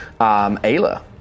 Ayla